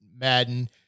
Madden